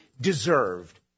deserved